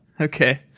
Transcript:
Okay